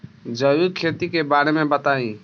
जैविक खेती के बारे में बताइ